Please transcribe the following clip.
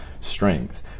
strength